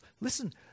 Listen